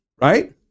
right